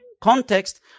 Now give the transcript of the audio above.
context